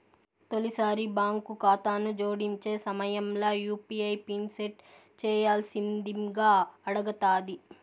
తొలిసారి బాంకు కాతాను జోడించే సమయంల యూ.పీ.ఐ పిన్ సెట్ చేయ్యాల్సిందింగా అడగతాది